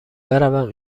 بروم